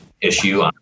issue